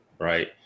right